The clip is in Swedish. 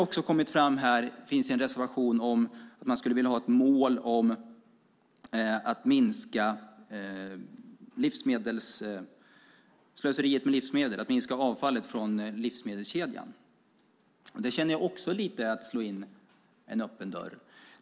Det finns en reservation om att ha ett mål om att minska avfallet från livsmedelskedjan. Det känner jag också lite grann är att slå in en öppen dörr.